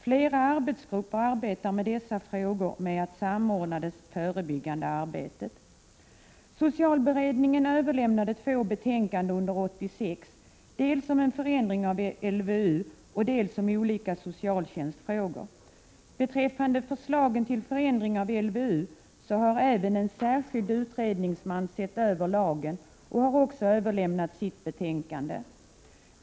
Flera arbetsgrupper arbetar med dessa frågor för att samordna det förebyggande arbetet. Socialberedningen överlämnade två betänkanden under 1986 som behandlade dels förändring av LVU, dels olika socialtjänstfrågor. När det gäller förslagen till förändring av LVU har även en särskild utredningsman sett över lagen och överlämnat sitt betänkande.